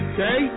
Okay